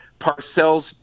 Parcells